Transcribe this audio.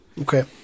Okay